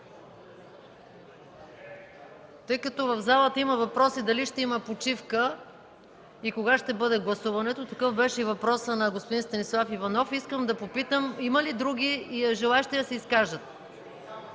Тъй като в залата има въпроси дали ще има почивка и кога ще бъде гласуването, а такъв беше и въпросът на господин Станислав Иванов, искам да попитам: има ли други желаещи да се изкажат?